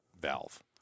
valve